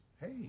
Hey